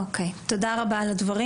אוקיי, תודה רבה על הדברים.